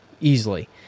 easily